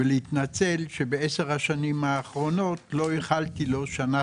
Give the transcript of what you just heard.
ולהתנצל שבעשר השנים האחרונות לא איחלתי לו שנה